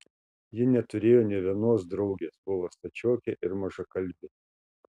ji neturėjo nė vienos draugės buvo stačiokė ir mažakalbė